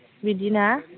बिदिना